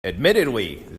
admittedly